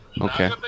Okay